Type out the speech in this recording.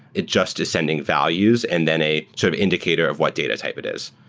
it just is sending values and then a sort of indicator of what data type it is.